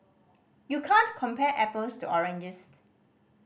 you can't compare apples to oranges